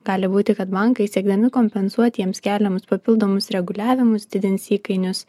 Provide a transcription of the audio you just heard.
gali būti kad bankai siekdami kompensuoti jiems keliamus papildomus reguliavimus didins įkainius